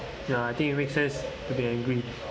ya I think it makes sense to be angry